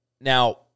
Now